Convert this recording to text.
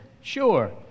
sure